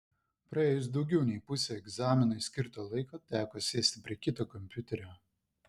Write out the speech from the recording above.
praėjus daugiau nei pusei egzaminui skirto laiko teko sėsti prie kito kompiuterio